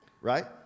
right